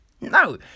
No